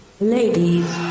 Ladies